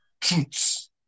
truths